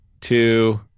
two –